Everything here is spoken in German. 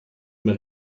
mehr